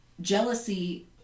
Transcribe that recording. Jealousy